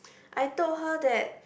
I told her that